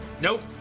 Nope